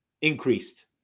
increased